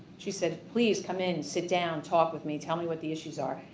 she said please come in, sit down, talk with me, tell me what the issues are.